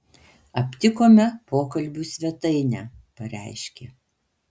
aptikome pokalbių svetainę pareiškė